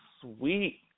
sweet